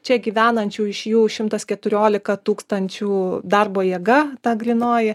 čia gyvenančių iš jų šimtas keturiolika tūkstančių darbo jėga ta grynoji